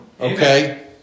Okay